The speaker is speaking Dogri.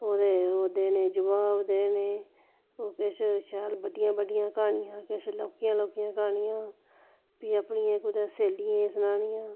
ओह्दे ओह्दे देने जबाब देने ओह् किश शैल बड्डियां बड्डियां क्हानियां किश लौह्कियां लौह्कियां क्हानियां फ्ही अपनियें कुदै स्हेलियें गी सनानियां